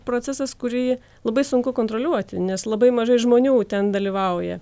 procesas kurį labai sunku kontroliuoti nes labai mažai žmonių ten dalyvauja